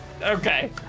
Okay